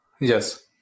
Yes